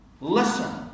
Listen